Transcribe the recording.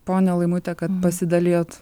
ponia laimute kad pasidalijot